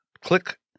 Click